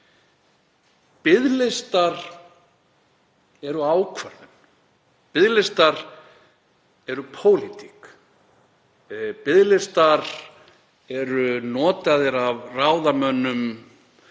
Biðlistar eru ákvarðanir. Biðlistar eru pólitík. Biðlistar eru notaðir af ráðamönnum